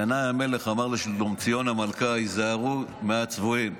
ינאי המלך אמר לשלומציון המלכה: היזהרו מהצבועים.